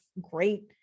great